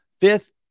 Fifth